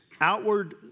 outward